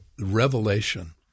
revelation